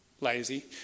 lazy